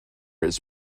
his